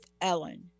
Ellen